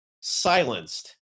silenced